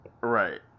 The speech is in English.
Right